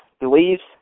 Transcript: beliefs